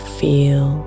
feel